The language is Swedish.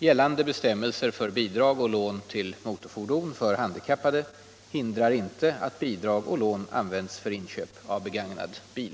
Gällande bestämmelser för bidrag och lån till motorfordon för handikappade hindrar inte att bidrag och lån används för inköp av begagnad bil.